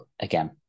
again